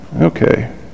Okay